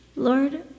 Lord